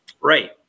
Right